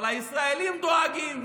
אבל הישראלים דואגים,